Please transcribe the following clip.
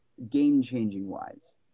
Game-changing-wise